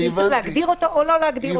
האם צריך להגדיר אותו או לא להגדיר אותו?